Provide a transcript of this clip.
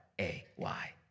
A-Y